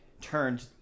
turned